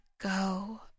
go